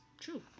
true